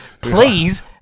please